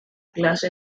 clase